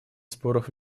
споров